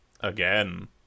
again